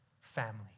family